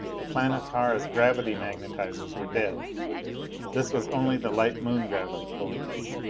the planetara's gravity-magnetizers were dead this was only the light moon gravity pulling us.